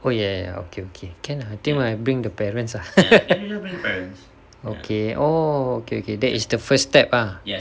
oh ya ya ya okay okay can ah I think I bring the parents ah okay oh okay okay that is the first step ah